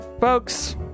Folks